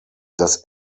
does